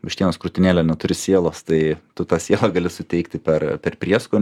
vištienos krūtinėlė neturi sielos tai tu tą sielą gali suteikti per per prieskon